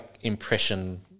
impression